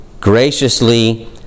graciously